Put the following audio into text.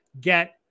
get